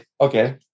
okay